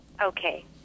Okay